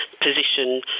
position